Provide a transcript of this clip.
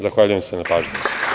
Zahvaljujem se na pažnji.